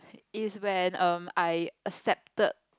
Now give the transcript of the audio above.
is when um I accepted